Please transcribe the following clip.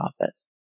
office